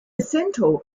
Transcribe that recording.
centaur